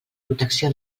protecció